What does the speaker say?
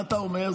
מה אתה אומר?